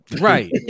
right